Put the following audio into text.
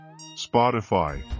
Spotify